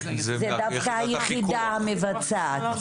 זה דווקא היחידה המבצעת.